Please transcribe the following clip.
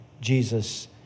Jesus